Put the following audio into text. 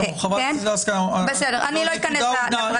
חברת הכנסת לסקי, הנקודה הובנה.